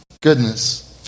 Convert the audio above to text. goodness